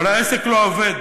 אבל העסק לא עובד,